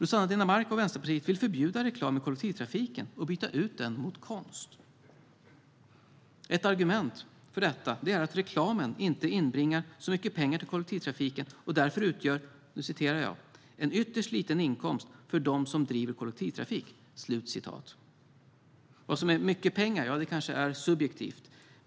Man vill förbjuda reklam i kollektivtrafiken och byta ut den mot konst. Ett argument för detta är att reklamen inte inbringar så mycket pengar till kollektivtrafiken och därför utgör "en ytterst liten inkomst för de som driver kollektivtrafiken". Vad som är mycket pengar är kanske subjektivt.